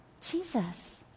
Jesus